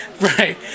Right